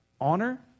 honor